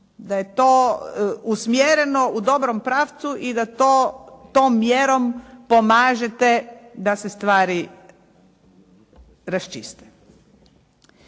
Da je to usmjereno u dobrom pravcu i da tom mjerom pomažete da se stvari raščiste.